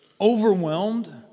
overwhelmed